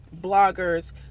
bloggers